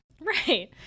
Right